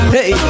Hey